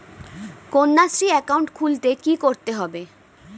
Kanyashree account খুলতে কী করতে হবে?